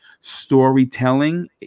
storytelling